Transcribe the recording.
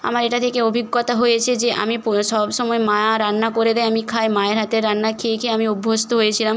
আমার এটা দেখে অভিজ্ঞতা হয়েছে যে আমি সব সময় মা রান্না করে দেয় আমি খাই মায়ের হাতের রান্না খেয়ে খেয়ে আমি অভ্যস্ত হয়েছিলাম